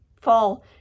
Fall